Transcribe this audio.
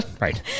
right